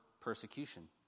persecution